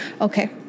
Okay